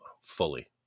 fully